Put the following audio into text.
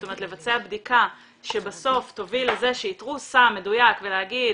זאת אומרת לבצע בדיקה שבסוף תוביל לזה שאיתרו סם מדויק ולהגיד: